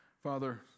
Father